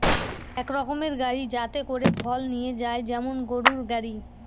এক রকমের গাড়ি যাতে করে ফল নিয়ে যায় যেমন গরুর গাড়ি